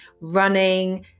running